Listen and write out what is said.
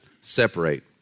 separate